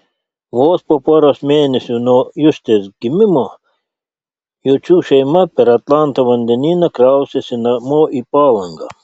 vos po poros mėnesių nuo justės gimimo jocių šeima per atlanto vandenyną kraustėsi namo į palangą